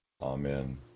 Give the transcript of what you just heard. Amen